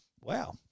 Wow